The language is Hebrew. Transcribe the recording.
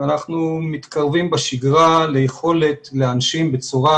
ואנחנו מתקרבים בשגרה ליכולת להנשים בצורה